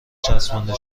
چسبانده